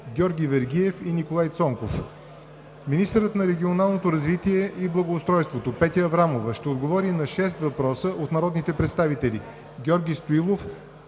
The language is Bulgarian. Георги Вергиев; и Николай Цонков. 2. Министърът на регионалното развитие и благоустройството Петя Аврамова ще отговори на шест въпроса от народните представители